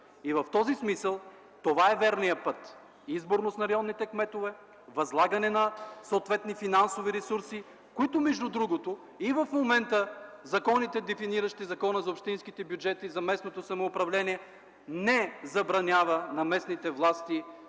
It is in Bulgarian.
В този смисъл това е верният път – изборност на районните кметове, възлагане на съответни финансови ресурси. Между другото и в момента законите, дефиниращи закона за общинските бюджети, за местното самоуправление, не забраняват на местните власти